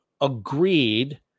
agreed